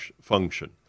function